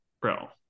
Bro